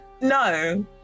no